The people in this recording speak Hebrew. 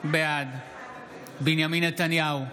בעד בנימין נתניהו,